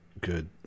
good